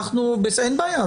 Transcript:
אין בעיה,